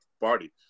Party